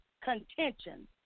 contention